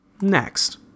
Next